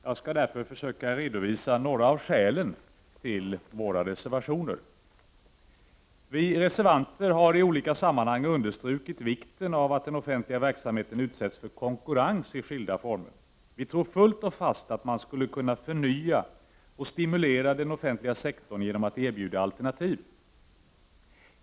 Jag skall redovisa några av skälen till våra reservationer. Vi reservanter har i olika sammanhang understrukit vikten av att den offentliga verksamheten utsätts för konkurrens i skilda former. Vi tror fullt och fast att man skulle kunna förnya och stimulera den offentliga sektorn genom att erbjuda alternativ.